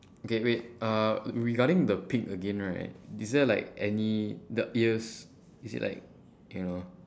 okay wait uh regarding the pig again right is there like any the ears is it like yeah